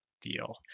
deal